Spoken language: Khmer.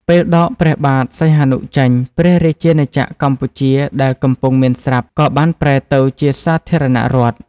ពេលដកព្រះបាទសីហនុចេញ ព្រះរាជាណាចក្រកម្ពុជាដែលកំពុងមានស្រាប់ក៏បានប្រែទៅជាសាធារណរដ្ឋ។